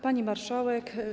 Pani Marszałek!